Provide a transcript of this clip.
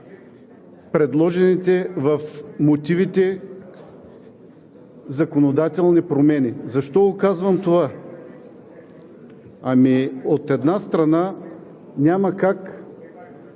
предложените в мотивите законодателни промени. Защо казвам това? Ами, от една страна, няма как